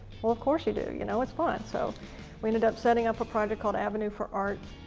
of course you do, you know it's fun. so we ended up setting up a project called avenue for art,